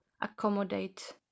accommodate